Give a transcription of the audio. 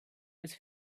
was